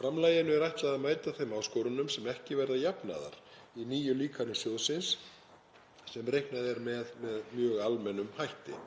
Framlaginu er ætlað að mæta þeim áskorunum sem ekki verða jafnaðar í nýju líkani sjóðsins sem reiknað er með mjög almennum hætti.